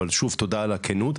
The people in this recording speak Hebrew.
אבל שוב תודה על הכנות.